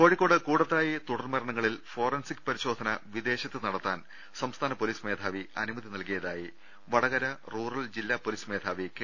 കോഴിക്കോട് കൂടത്തായി തുടർമരണങ്ങളിൽ ഫോറ്റൻസിക് പരിശോ ധന വിദേശത്ത് നടത്താൻ സംസ്ഥാന പൊലീസ് മേധാവി അനു മതി നൽകിയതായി വടകര റൂറൽ ജില്ലാ പൊലീസ് മേധാവി കെ